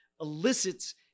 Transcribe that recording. elicits